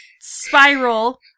spiral